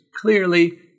clearly